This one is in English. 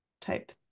type